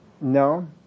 No